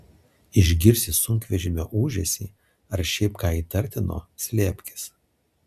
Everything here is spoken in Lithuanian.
išgirsi sunkvežimio ūžesį ar šiaip ką įtartino slėpkis